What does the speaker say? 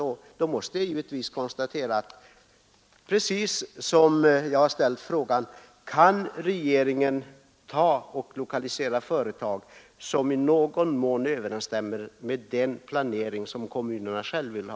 Jag har ju ställt frågan precis så: Kan regeringen lokalisera företag så, att det i någon mån överensstämmer med den planering som kommunerna själva vill ha?